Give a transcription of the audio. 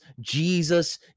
Jesus